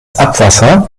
abwasser